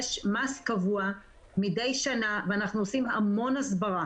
יש מס קבוע מדי שנה, ואנחנו עושים המון הסברה